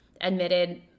admitted